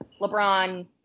LeBron